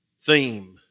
theme